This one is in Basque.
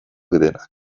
denak